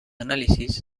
análisis